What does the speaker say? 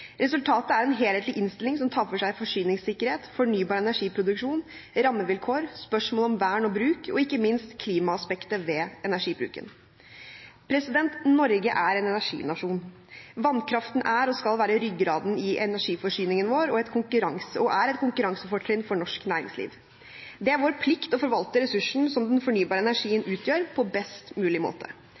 Resultatet er en helhetlig innstilling som tar for seg forsyningssikkerhet, fornybar energiproduksjon, rammevilkår, spørsmål om vern og bruk og ikke minst klimaaspektet ved energibruken. Norge er en energinasjon. Vannkraften er og skal være ryggraden i energiforsyningen vår og er et konkurransefortrinn for norsk næringsliv. Det er vår plikt å forvalte ressursen som den fornybare energien utgjør, på best mulig måte.